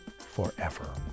forever